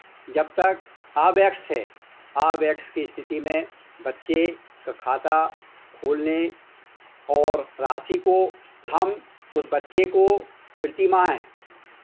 जब तक अवयस्क है अवयस्क की स्थिति में बच्चे का खाता खोलने और राशि को हम उस बच्चे को प्रतिमाह